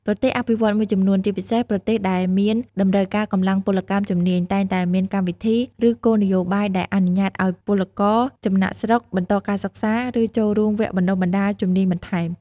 ប្រទេសអភិវឌ្ឍន៍មួយចំនួន ជាពិសេសប្រទេសដែលមានតម្រូវការកម្លាំងពលកម្មជំនាញ តែងតែមានកម្មវិធី ឬគោលនយោបាយដែលអនុញ្ញាតឱ្យពលករចំណាកស្រុកបន្តការសិក្សា ឬចូលរួមវគ្គបណ្ដុះបណ្ដាលជំនាញបន្ថែម។